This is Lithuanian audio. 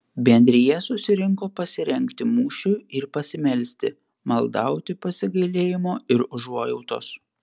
bendrija susirinko pasirengti mūšiui ir pasimelsti maldauti pasigailėjimo ir užuojautos